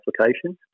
applications